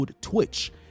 twitch